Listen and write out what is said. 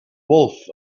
wolf